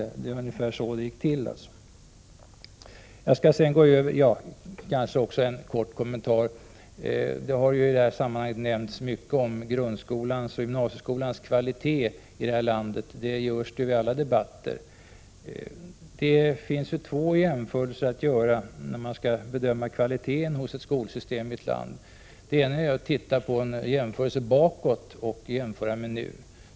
Det var ungefär så det gick till. Det har i detta sammanhang nämnts mycket om grundskolans och gymnasieskolans kvalitet i vårt land. Det görs i alla debatter. Det finns två sätt att göra jämförelser när man skall bedöma kvaliteten hos ett skolsystem i ett land. Det ena är att titta bakåt och göra en jämförelse med nuet.